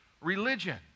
religion